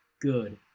good